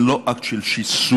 זה לא אקט של שיסוי.